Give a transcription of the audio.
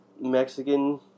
Mexican